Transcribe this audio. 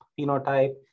phenotype